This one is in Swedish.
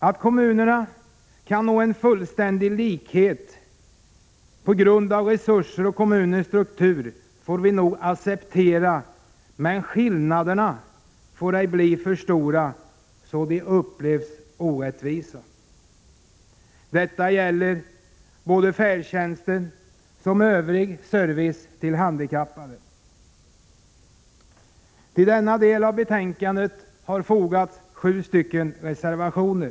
Att kommunerna på grund av olika resurser och struktur inte kan nå en fullständig likhet får vi nog acceptera, men skillnaderna får inte bli för stora, så att de upplevs såsom orättvisa. Detta gäller såväl färdtjänsten som övrig service för handikappade. Till dessa delar av betänkandet har det fogats sju reservationer.